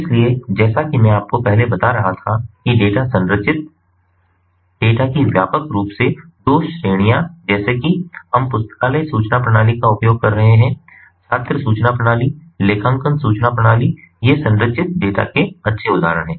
इसलिए जैसा कि मैं आपको पहले बता रहा था कि संरचित डेटा डेटा की व्यापक रूप से 2 श्रेणियां जैसे कि हम पुस्तकालय सूचना प्रणाली का उपयोग कर रहे हैं छात्र सूचना प्रणाली लेखांकन सूचना प्रणाली ये संरचित डेटा के अच्छे उदाहरण हैं